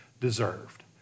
deserved